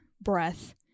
breath